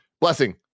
blessing